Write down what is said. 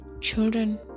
Children